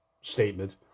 statement